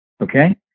Okay